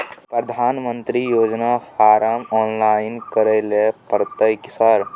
प्रधानमंत्री योजना form online करैले परतै सर?